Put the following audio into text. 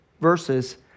verses